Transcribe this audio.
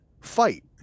fight